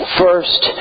first